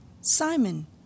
Simon